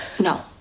No